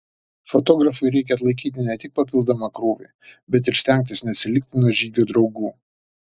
fotografui reikia atlaikyti ne tik papildomą krūvį bet ir stengtis neatsilikti nuo žygio draugų